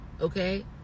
okay